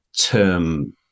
term